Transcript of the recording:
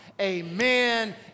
Amen